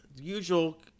usual